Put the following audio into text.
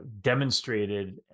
demonstrated